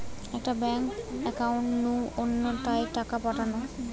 একটা bank account নু অন্য টায় টাকা পাঠানো